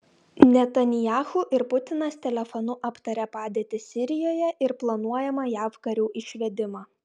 netanyahu ir putinas telefonu aptarė padėtį sirijoje ir planuojamą jav karių išvedimą